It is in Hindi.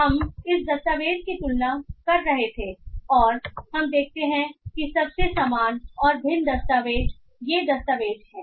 इसलिए हम इस दस्तावेज़ की तुलना कर रहे थे और हम देखते हैं कि सबसे समान और भिन्न दस्तावेज़ ये दस्तावेज़ हैं